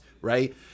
right